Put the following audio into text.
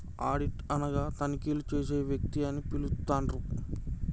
audit అనగా తనిఖీలు చేసే వ్యక్తి అని పిలుత్తండ్రు